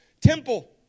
temple